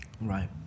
Right